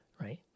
right